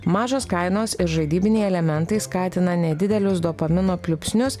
mažos kainos ir žaidybiniai elementai skatina nedidelius dopamino pliūpsnius